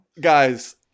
Guys